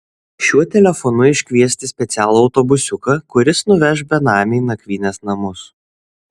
šiuo telefonu iškviesti specialų autobusiuką kuris nuveš benamį į nakvynės namus